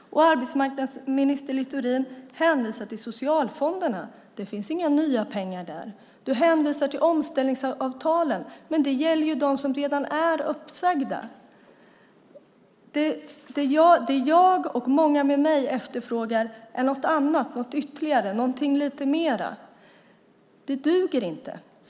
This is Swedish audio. Arbetsmarknadsminister Littorin hänvisar till socialfonderna. Det finns inga nya pengar där. Du hänvisar till omställningsavtalen, men de gäller dem som redan är uppsagda. Det jag och många med mig efterfrågar är något annat, något ytterligare, något lite mer. Det duger inte.